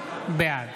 בעד